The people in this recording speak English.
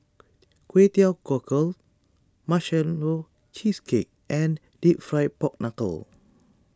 Kway Teow Cockles Marshmallow Cheesecake and Deep Fried Pork Knuckle